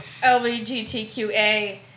LGBTQA